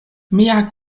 mia